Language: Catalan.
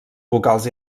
vocals